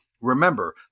Remember